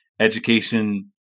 education